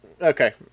Okay